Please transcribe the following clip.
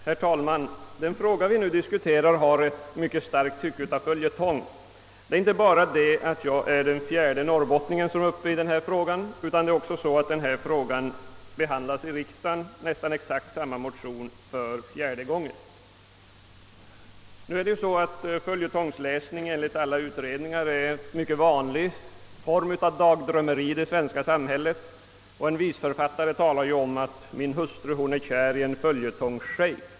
Herr talman! Den fråga vi nu diskuterar har ett mycket starkt tycke av följetong inte bara därför att jag är den fjärde norrbottningen som är uppe i denna fråga utan därför att frågan behandlas av riksdagen efter nästan exakt samma motion för fjärde gången. Enligt alla utredningar är följetongs läsning en mycket vanlig form av dagdrömmeri i det svenska samhället. En viss författare talar om att »min hustru är kär i en följetongsschejk».